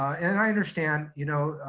and i understand you know